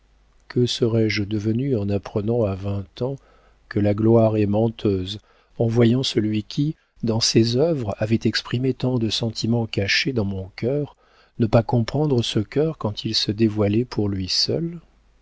que serais-je devenue en apprenant à vingt ans que la gloire est menteuse en voyant celui qui dans ses œuvres avait exprimé tant de sentiments cachés dans mon cœur ne pas comprendre ce cœur quand il se dévoilait pour lui seul